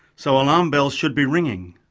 so alarm bells should be ringing.